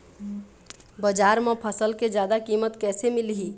बजार म फसल के जादा कीमत कैसे मिलही?